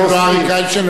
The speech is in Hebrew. גם אריק איינשטיין,